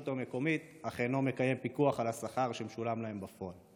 המקומית אך אינו מקיים פיקוח על השכר שמשולם להם בפועל.